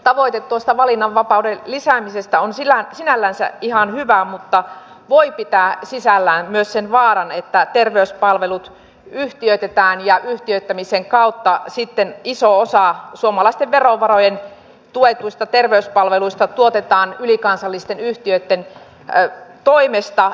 tavoite tuosta valinnanvapauden lisäämisestä on sinällänsä ihan hyvä mutta voi pitää sisällään myös sen vaaran että terveyspalvelut yhtiöitetään ja yhtiöittämisen kautta sitten iso osa suomalaisten verovaroin tuetuista terveyspalveluista tuotetaan ylikansallisten yhtiöitten toimesta